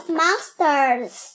monsters